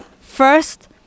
first